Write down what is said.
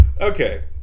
Okay